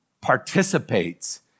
participates